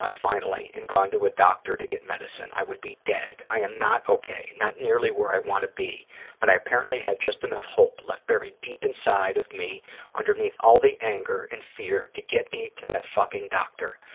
ah finally and gone to a doctor to get medicine. i would be dead. i am not okay, not nearly where i want to be but i apparently had just enough hope left buried deep inside of me underneath all the anger and fear to get me to that fucking doctor.